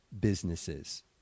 businesses